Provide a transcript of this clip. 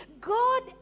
God